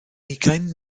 ugain